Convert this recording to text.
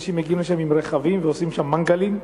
אנשים מגיעים לשם עם רכבים ועושים שם מנגלים.